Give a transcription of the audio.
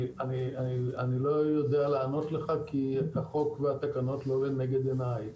אני לא יודע לענות לך כי החוק והתקנות לא לנגד עיניי.